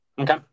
Okay